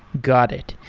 got it.